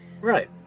Right